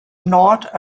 not